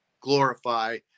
glorify